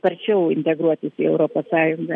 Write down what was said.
sparčiau integruotis į europos sąjungą